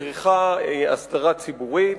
וצריכה הסדרה ציבורית.